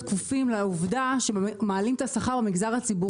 כפופים לעובדה שמעלים את השכר במגזר הציבורי.